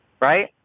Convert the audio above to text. Right